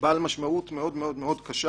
בעל משמעות מאוד קשה.